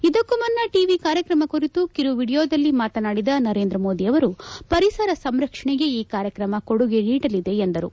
ಇದಕ್ಕೂ ಮುನ್ನ ಟವಿ ಕಾರ್ಯಕ್ರಮ ಕುರಿತು ಕಿರು ವಿಡಿಯೋದಲ್ಲಿ ಮಾತನಾಡಿದ ನರೇಂದ್ರ ಮೋದಿ ಅವರು ಪರಿಸರ ಸಂರಕ್ಷಣೆಗೆ ಈ ಕಾರ್ಯಕ್ರಮ ಕೊಡುಗೆ ನೀಡಲಿದೆ ಎಂದರು